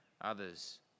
others